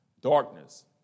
darkness